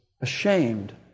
ashamed